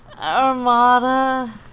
Armada